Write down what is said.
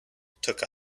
took